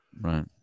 Right